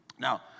Now